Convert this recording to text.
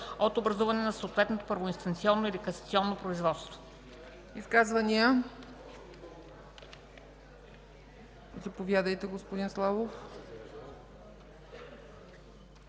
от образуване на съответното първоинстанционно или касационно производство.”